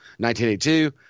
1982